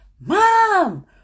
mom